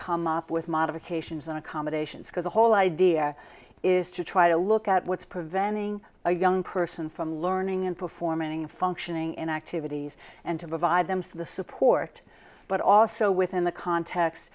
come up with modifications and accommodations because the whole idea is to try to look at what's preventing a young person from learning and performing functioning in activities and to provide them to the support but also within the cont